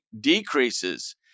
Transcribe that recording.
decreases